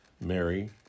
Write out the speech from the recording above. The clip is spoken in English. Mary